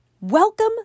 Welcome